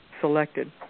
selected